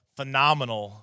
phenomenal